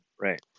Right